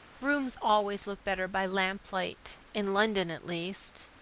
rooms always look better by lamplight in london, at least.